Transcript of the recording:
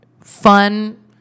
fun